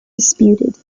disputed